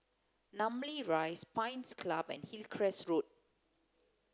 Namly Rise Pines Club and Hillcrest Road